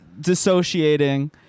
dissociating